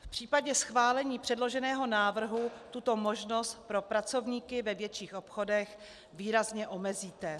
V případě schválení předloženého návrhu tuto možnost pro pracovníky ve větších obchodech výrazně omezíte.